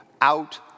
out